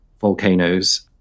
volcanoes